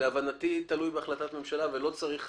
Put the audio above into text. להבנתי תלוי בהחלטת ממשלה ולא צריך "חקיקה".